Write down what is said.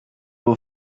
who